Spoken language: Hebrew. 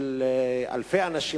של אלפי אנשים,